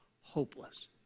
hopeless